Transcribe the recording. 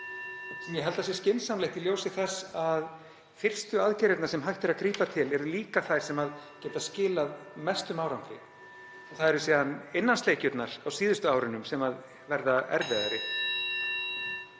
ég held að sé skynsamlegt í ljósi þess að fyrstu aðgerðirnar sem hægt er að grípa til eru líka þær sem (Forseti hringir.) skilað geta mestum árangri. Það eru síðan innansleikjurnar á síðustu árunum sem verða erfiðari.